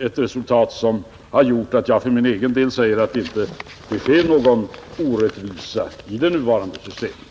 ett resultat som har gjort att jag för min del säger att det inte sker någon orättvisa i det nuvarande systemet.